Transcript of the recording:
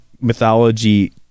mythology